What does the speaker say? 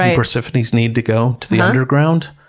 and persephone's need to go to the underground.